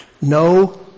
No